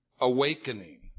awakening